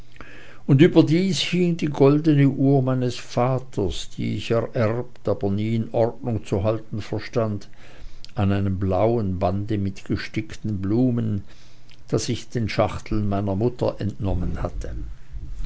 und überdies hing die goldene uhr meines vaters die ich ererbt aber nie in ordnung zu halten verstand an einem blauen bande mit gestickten blumen das ich den schachteln meiner mutter entnommen hatte